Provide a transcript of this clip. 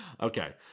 Okay